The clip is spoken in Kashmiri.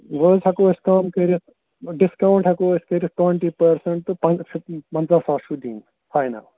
وۅنۍ حظ ہٮ۪کو أسۍ کَم کٔرِتھ ڈِسکاوُنٛٹ ہٮ۪کو أسۍ کٔرِتھ ٹُوَنٹی پٔرسَنٛٹ تہٕ پَن پنٛژاہ ساس چھِو دِنۍ فاینَل